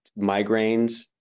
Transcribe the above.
migraines